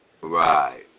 Right